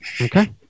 Okay